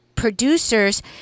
producers